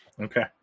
Okay